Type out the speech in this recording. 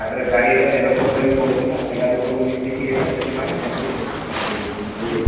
ତାପରେ ଗାଡ଼ିର ତେଲ ଖର୍ଚ୍ଚ ବି ପଡ଼ୁଛି ନା ସେଇଟାବି ସବୁ ମିଶିକି ଏଟା ସେଥିପାଇଁ ସେମିତି ହେଇଛି ବୁଝିଲେ